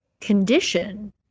condition